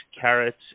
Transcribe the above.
carrots